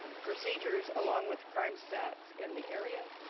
procedures, along with crime stats in the area,